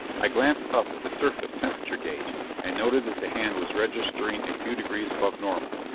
i glanced up at the surface temperature gauge and noted that the hand was registering a few degrees above normal.